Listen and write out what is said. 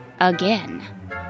again